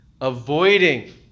avoiding